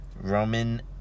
Roman